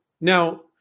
now